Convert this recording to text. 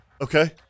Okay